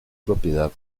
propiedad